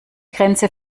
grenze